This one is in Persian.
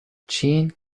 چین